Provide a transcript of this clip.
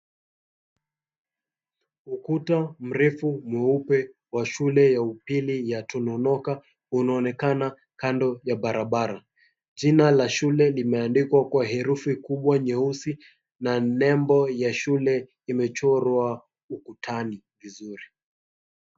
Ukuta mrefu mweupe wa shule ya upili ya Tononoka unaoonekana kando ya barabara. Jina la shule limeandikwa kwa herufi kubwa nyeusi na nembo ya shule imechorwa ukutani vizuri.